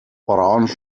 orange